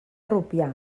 rupià